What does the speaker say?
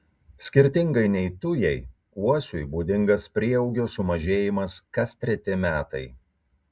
skirtingai nei tujai uosiui būdingas prieaugio sumažėjimas kas treti metai